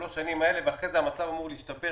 שלוש השנים האלה ואחר כך המצב אמור להשתפר